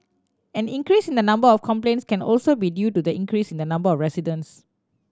an increase in the number of complaints can also be due to the increase in the number of residents